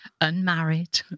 unmarried